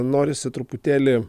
norisi truputėlį